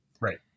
Right